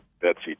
Betsy